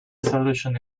solution